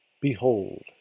Behold